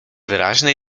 wyraźne